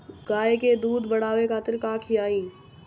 गाय के दूध बढ़ावे खातिर का खियायिं?